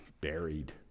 buried